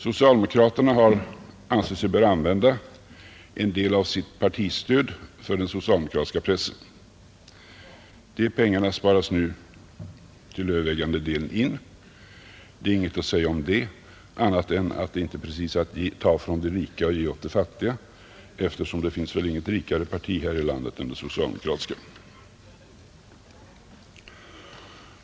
Socialdemokraterna har ansett sig böra använda en del av sitt partistöd för den socialdemokratiska pressen. De pengarna sparas nu till övervägande delen in, Det är inget att säga om det annat än att det inte precis är att ta från de rika och ge åt de fattiga, eftersom det väl inte finns något rikare parti här i landet än det socialdemokratiska.